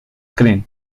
creen